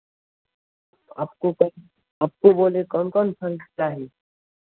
आपको कौन आपको बोलिए कौन कौन फल चाहिए